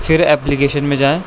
پھر اپلیکشن میں جائیں